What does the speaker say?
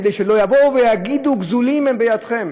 כדי שלא יבואו ויגידו: גזולים הם בידכם.